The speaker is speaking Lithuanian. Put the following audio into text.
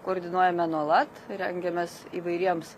koordinuojame nuolat rengiamės įvairiems